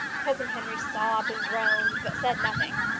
cousin henry sobbed and groaned, but said nothing.